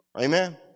Amen